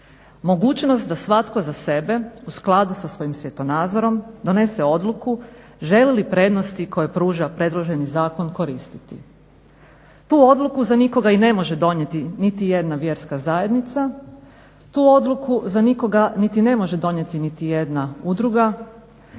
mogućnost da svatko za sebe u skladu sa svojim svjetonazorom donese odluku želi li prednosti koje pruža predloženi zakon koristiti. Tu odluku za nikoga niti ne može donijeti, niti jedna vjerska zajednica, tu odluku za nikoga niti ne može donijeti niti jedna udruga,